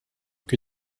que